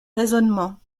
raisonnement